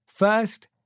First